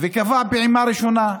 וקבע פעימה ראשונה,